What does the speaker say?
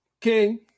King